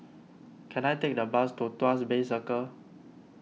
can I take the bus to Tuas Bay Circle